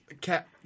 Cat